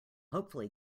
hopefully